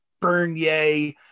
Bernier